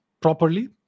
properly